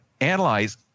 analyze